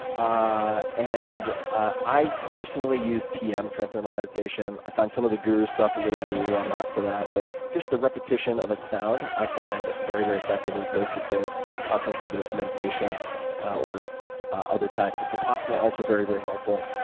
i and i personally use tm transcendental meditation. i find some of the guru stuff a little woo woo. i'm not for that. but just the repetition of sound i find very very effective, as opposed to concentrative meditation or other types. vipassana also very very helpful.